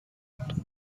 کالاهای